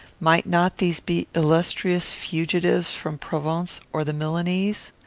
might not these be illustrious fugitives from provence or the milanese?